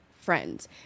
friends